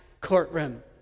courtroom